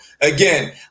again